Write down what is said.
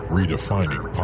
Redefining